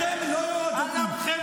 ואת חיילי צה"ל,